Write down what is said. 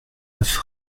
neuf